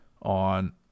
on